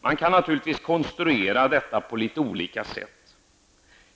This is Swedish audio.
Man kan naturligtvis konstruera detta på litet olika sätt.